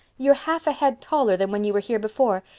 you're half a head taller than when you were here before.